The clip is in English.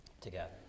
together